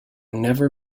never